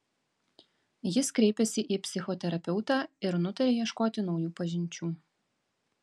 jis kreipėsi į psichoterapeutą ir nutarė ieškoti naujų pažinčių